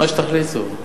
מה שתחליטו.